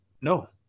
no